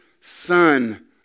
son